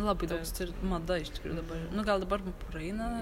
labai daug kas turi mada iš tikrųjų dabar yra nu gal dabar praeina